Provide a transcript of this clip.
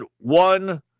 one